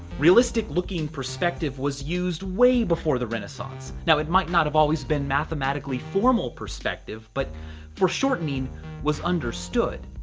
realistic-looking perspective was used way before the renaissance. now, it might not have always been mathematically formal perspective, but foreshortening was understood.